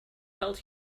held